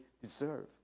deserve